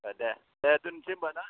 अ दे दे दोनसै होमब्ला ना